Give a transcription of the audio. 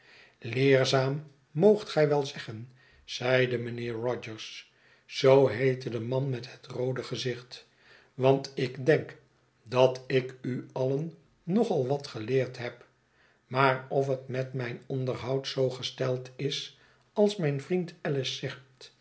leerzaam moogt gij wel zeggen zeide mijnheer rogers zoo heette de man met het roode gezicht want ik denk dat ik u alien nog al wat geleerd heb maar of het met mijn onderhoud zoo gesteld is als mijn vriend ellis zegt